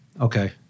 Okay